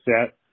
set